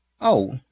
Oh